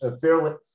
fairly